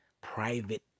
private